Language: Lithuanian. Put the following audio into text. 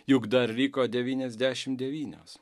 juk dar liko devyniasdešim devynios